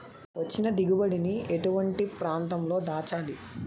వచ్చిన దిగుబడి ని ఎటువంటి ప్రాంతం లో దాచాలి?